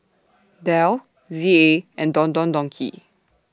Dell Z A and Don Don Donki